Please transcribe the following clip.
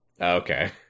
Okay